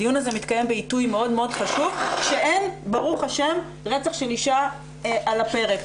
הדיון הזה מתקיים בעיתוי מאוד מאוד חשוב שאין רצח של אישה על הפרק.